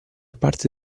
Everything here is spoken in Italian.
parte